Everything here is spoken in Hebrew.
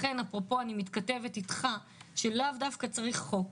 אני אומרת שלאו דווקא צריך חוק,